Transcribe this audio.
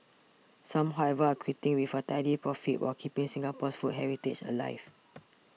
some however are quitting with a tidy profit while keeping Singapore's food heritage alive